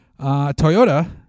toyota